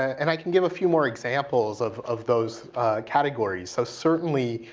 and i can give a few more examples of of those categories. so certainly,